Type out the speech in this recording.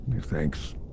thanks